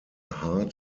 heart